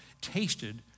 tasted